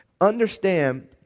understand